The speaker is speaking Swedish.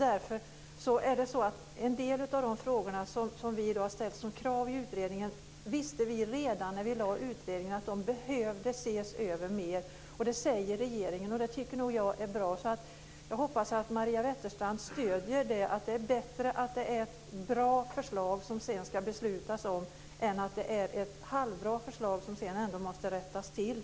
Därför visste vi redan när vi lade fram utredningen att en del av de frågor som vi har ställt som krav behövde ses över mer. Det säger även regeringen och det tycker nog jag är bra. Jag hoppas att Maria Wetterstrand stöder det. Det är bättre att det är bra förslag som det ska fattas beslut om, än att det är ett halvbra förslag som sedan ändå måste rättas till.